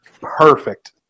Perfect